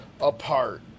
apart